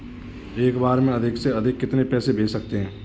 एक बार में अधिक से अधिक कितने पैसे भेज सकते हैं?